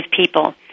people